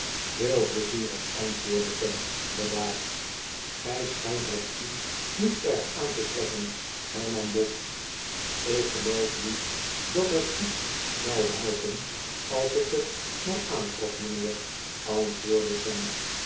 heei pleizierig antwoordde sam bedaard gij schijnt het u niet erg aan te trekken hernam bob ik geloof niet dat het iets zqu helpen als ik het mij aantrok mijnheer antwoordde